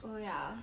oh ya